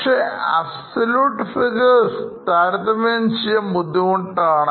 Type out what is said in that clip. പക്ഷേ absolute Figures താരതമ്യം ചെയ്യാൻ ബുദ്ധിമുട്ടാണ്